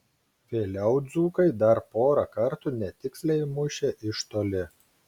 vėliau dzūkai dar porą kartų netiksliai mušė iš toli